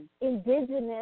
indigenous